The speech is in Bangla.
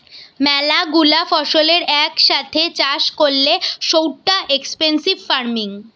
ম্যালা গুলা ফসলের এক সাথে চাষ করলে সৌটা এক্সটেন্সিভ ফার্মিং